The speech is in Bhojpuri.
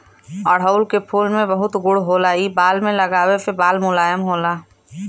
अढ़ऊल के फूल में बहुत गुण होला इ बाल में लगावे से बाल मुलायम होला